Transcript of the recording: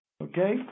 okay